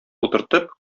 утыртып